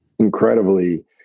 incredibly